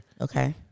Okay